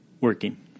working